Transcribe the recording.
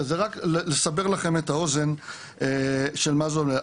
זה רק לסבר לכם את האוזן של מה זה אומר.